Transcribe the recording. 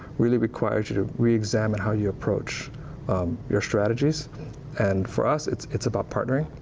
really requires you to re-examine how you approach your strategies and for us, it's it's about partnering.